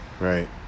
right